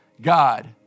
God